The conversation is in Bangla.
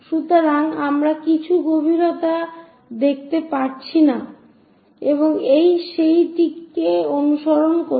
সুতরাং আমরা কিছু গভীরতা দেখতে পাচ্ছি না এবং এটি সেইটিকে অনুসরণ করছে